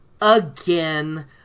again